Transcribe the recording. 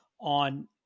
on